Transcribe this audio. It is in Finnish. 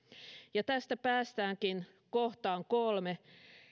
tästä päästäänkin kohtaan kolme